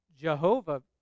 jehovah